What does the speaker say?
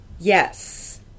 Yes